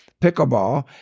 pickleball